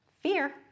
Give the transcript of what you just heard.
fear